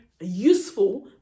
useful